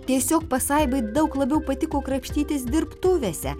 tiesiog pasaibai daug labiau patiko krapštytis dirbtuvėse